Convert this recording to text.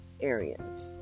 areas